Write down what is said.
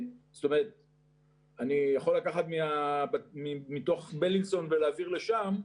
אני יכול לקחת מתוך בילינסון ולהעביר לשם,